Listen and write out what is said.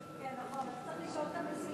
כן, נכון, אתה צריך לשאול את המציעים.